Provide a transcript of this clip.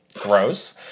Gross